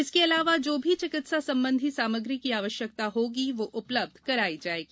इसके अलावा जो भी चिकित्सा संबंधी सामग्री की आवश्यकता होगी वह उपलब्ध कराई जायेगी